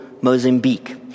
Mozambique